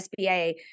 SBA